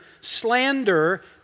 slander